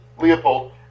Leopold